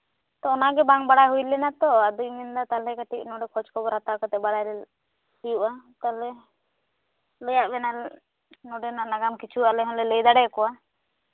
ᱛᱳ ᱚᱱᱟᱜᱮ ᱵᱟᱝ ᱵᱟᱲᱟᱭ ᱦᱩᱭ ᱞᱮᱱᱟ ᱛᱚ ᱟᱫᱚᱧ ᱢᱮᱱᱫᱟ ᱛᱟᱦᱚᱞᱮ ᱠᱟᱹᱴᱤᱡ ᱱᱚᱰᱮ ᱠᱷᱚᱡ ᱠᱷᱚᱵᱚᱨ ᱦᱟᱛᱟᱣ ᱠᱟᱛᱮᱜ ᱵᱟᱲᱟᱭ ᱦᱩᱭᱩᱜᱼᱟ ᱛᱟᱦᱚᱞᱮ ᱞᱟᱹᱭᱟᱜ ᱵᱤᱱᱟᱞᱤᱧ ᱱᱚᱰᱮᱱᱟᱜ ᱱᱟᱜᱟᱢ ᱠᱤᱪᱷᱩ ᱟᱞᱮ ᱦᱚᱞᱮ ᱞᱟᱹᱭ ᱫᱟᱲᱮ ᱟᱠᱚᱣᱟ